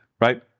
right